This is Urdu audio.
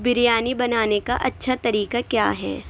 بریانی بنانے کا اچھا طریقہ کیا ہے